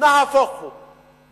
נהפוך הוא,